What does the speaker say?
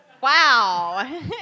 Wow